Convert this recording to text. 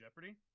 Jeopardy